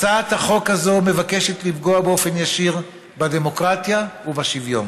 הצעת החוק הזו מבקשת לפגוע באופן ישיר בדמוקרטיה ובשוויון.